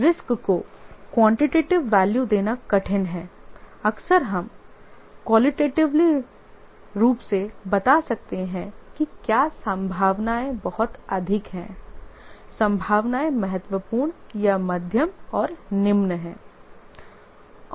risk को quantitative value देना कठिन है अक्सर हम क्वालिटेटिवली रूप से बता सकते हैं कि क्या संभावनाएं बहुत अधिक हैं संभावनाएं महत्वपूर्ण या मध्यम और निम्न हैं